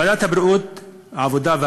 בוועדת העבודה,